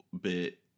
Bit